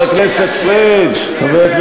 חבר הכנסת פריג',